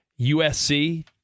USC